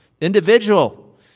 individual